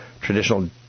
Traditional